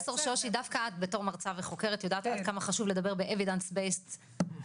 דווקא את כמרצה וחוקרת יודעת כמה חשוב לדבר על דברים מוכחים ובטוחים.